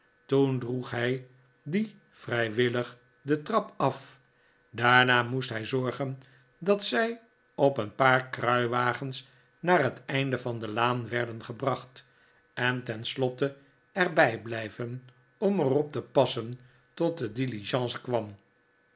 toen droeg hij die vrijwillig de trap af daarna moest hij zorgen dat zij op een paar kruiwagens naar het einde van de laan werd gebracht en tenslotte er bij blijven om er op te passen tot de diligence kwam